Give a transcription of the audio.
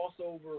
crossover